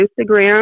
Instagram